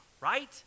right